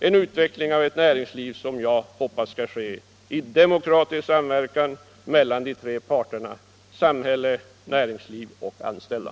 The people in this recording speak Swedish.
Och utvecklingen av näringslivet hoppas jag skall ske i demokratisk samverkan mellan samhälle och näringsliv och då näringslivet i betydelsen både ägare och anställda.